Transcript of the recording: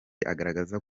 agaragaza